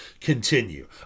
continue